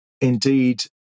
indeed